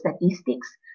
statistics